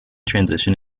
transition